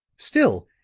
still,